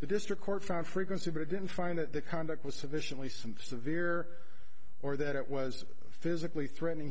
the district court found frequency but it didn't find it the conduct was sufficiently some severe or that it was physically threatening